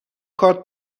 کارت